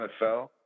NFL